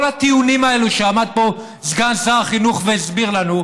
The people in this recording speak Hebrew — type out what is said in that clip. כל הטיעונים האלו שעמד פה סגן שר החינוך והסביר לנו,